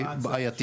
בעייתי.